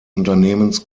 unternehmens